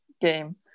game